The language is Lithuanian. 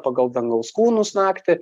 pagal dangaus kūnus naktį